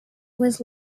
was